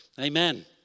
Amen